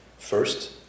First